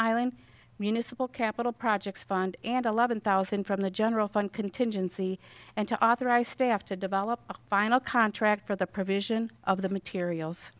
island municipal capital projects fund and eleven thousand from the general fund contingency and to authorize staff to develop a final contract for the provision of the materials